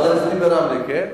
ואז עשיתי ברמלה, כן?